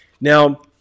Now